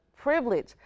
privilege